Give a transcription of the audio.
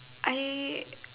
I